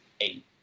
eight